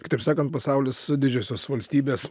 kitaip sakant pasaulis didžiosios valstybės